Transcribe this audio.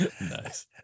nice